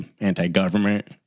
anti-government